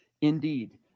Indeed